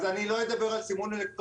אז אני לא אדבר על סימון אלקטרוני.